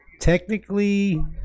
technically